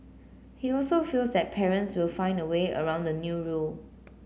he also feels that parents will find a way around the new rule